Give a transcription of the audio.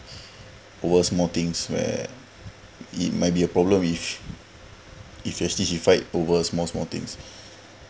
over small things where it might be a problem if if she actually she fight over a small small things